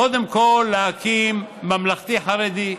קודם כול, להקים ממלכתי-חרדי,